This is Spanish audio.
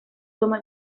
toma